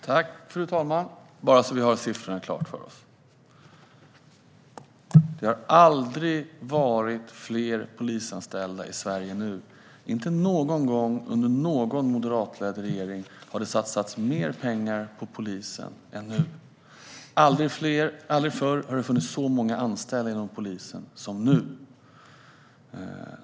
Fru ålderspresident! Bara så att vi har siffrorna klara för oss: Det har aldrig varit fler polisanställda i Sverige än nu. Inte någon gång under någon moderatledd regering har det satsats mer pengar på polisen än nu. Aldrig förut har det funnits så många anställda inom polisen som nu.